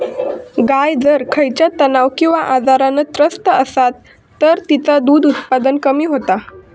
गाय जर खयच्या तणाव किंवा आजारान त्रस्त असात तर तिचा दुध उत्पादन कमी होता